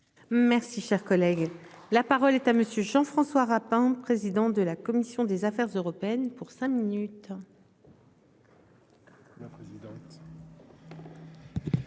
Merci, cher collègue, la parole est à monsieur Jean-François Rapin, président de la commission des Affaires européennes pour cinq minutes.